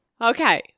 Okay